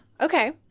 okay